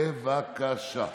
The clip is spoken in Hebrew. בבקשה.